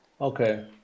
Okay